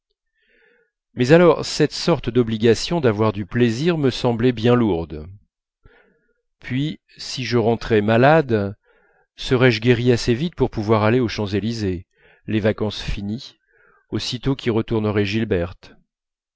mais alors cette sorte d'obligation d'avoir du plaisir me semblait bien lourde puis si je rentrais malade serais-je guéri assez vite pour pouvoir aller aux champs-élysées les vacances finies aussitôt qu'y retournerait gilberte